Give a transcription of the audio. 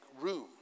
room